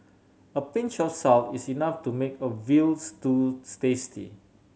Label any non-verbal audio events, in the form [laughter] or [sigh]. a pinch of salt is enough to make a veal stew [unintelligible] tasty